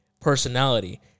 personality